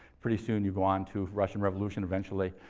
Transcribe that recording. pretty soon you go on to russian revolution eventually,